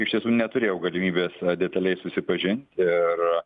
iš tiesų neturėjau galimybės detaliai susipažint ir